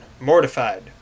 mortified